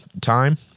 time